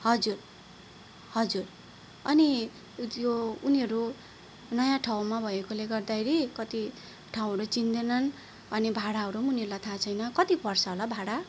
हजुर हजुर अनि ऊ त्यो उनीहरू नयाँ ठाउँमा भएकाले गर्दाखेरि कति ठाउँहरू चिन्दैनन् अनि भाडाहरू उनीहरूलाई थाहा छैन कति पर्छ होला भाडा